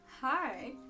Hi